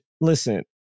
listen